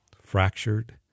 fractured